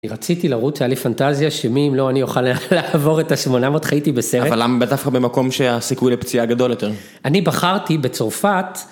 רציתי לרוץ, הייתה לי פנטזיה שמי אם לא אני אוכל לעבור את ה-800, חייתי בסרט. אבל למה דווקא במקום שהסיכוי לפציעה גדול יותר? אני בחרתי בצרפת.